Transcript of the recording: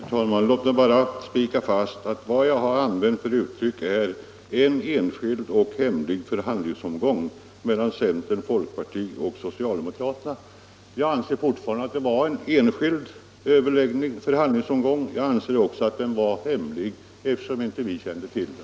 Herr talman! Låt mig bara slå fast att uttrycket jag använde var en enskild och hemlig förhandlingsomgång mellan centern, folkpartiet och socialdemokraterna. Jag anser fortfarande att det var en enskild förhandlingsomgång. Jag anser också att den var hemlig eftersom vi inte kände till den.